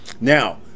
Now